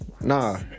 Nah